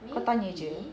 kau tanya jer